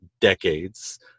decades